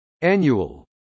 Annual